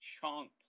chunk